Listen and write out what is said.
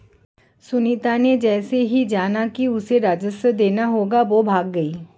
सुनीता ने जैसे ही जाना कि उसे राजस्व देना है वो भाग गई